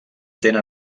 tenen